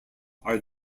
are